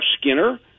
Skinner